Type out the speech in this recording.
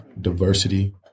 diversity